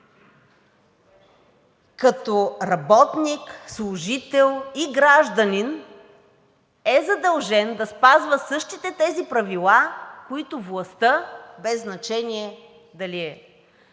като работник, служител и гражданин е задължен да спазва същите тези правила, които властта, без значение дали е